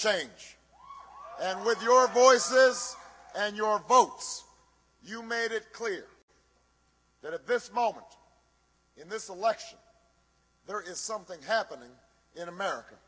change and with your voices and your focus you made it clear that at this moment in this election there is something happening in america